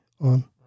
on